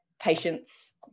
patients